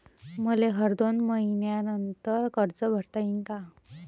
मले हर दोन मयीन्यानंतर कर्ज भरता येईन का?